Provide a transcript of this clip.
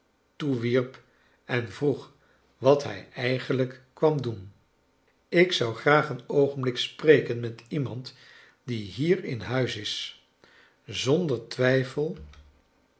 en vroeg wat hij eigenlijk kwam doen ik zou graag een oogenblik spreken met iemand die hier in huis is zonder twijfel